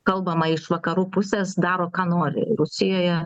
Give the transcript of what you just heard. kalbama iš vakarų pusės daro ką nori rusijoje